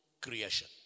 creation